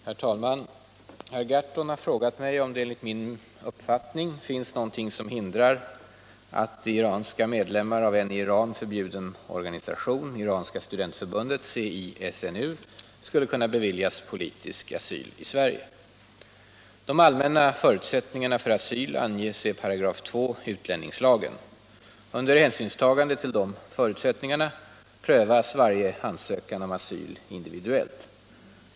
Herr talman! Herr Gahrton har frågat mig om det enligt min uppfattning finns någonting som hindrar att iranska medlemmar av en i Iran förbjuden organisation, Iranska studentförbundet — CISNU, skulle kunna beviljas politisk asyl i Sverige. De allmänna förutsättningarna för asyl anges i 25 utlänningslagen. Under hänsynstagande till dessa förutsättningar prövas varje ansökan om asyl individuellt.